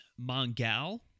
Mongal